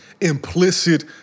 implicit